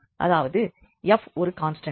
அதாவது F ஒரு constant